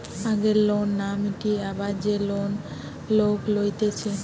আগের লোন না মিটিয়ে আবার যে লোন লোক লইতেছে